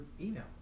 email